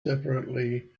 separately